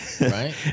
Right